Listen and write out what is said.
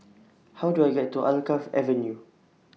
How Do I get to Alkaff Avenue